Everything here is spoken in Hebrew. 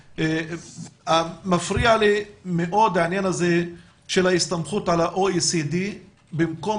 שמפריע לי מאוד העניין של ההסתמכות על ה-OECD במקום